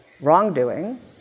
wrongdoing